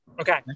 okay